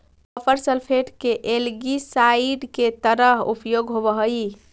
copper sulphate के algicide के तरह उपयोग होवऽ हई